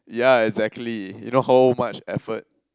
yeah exactly you know how much effort